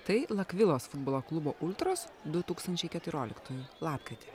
tai lakvilos futbolo klubo ultros du tūkstančiai keturioliktųjų lapkritį